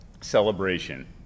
celebration